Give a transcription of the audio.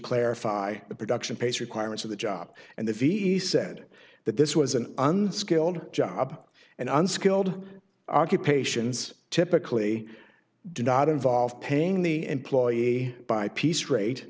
clarify the production pace requirements of the job and the fees said that this was an unskilled job and unskilled occupations typically do not involve paying the employee by piece rate